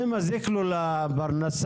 זה מזיק לו לפרנסה.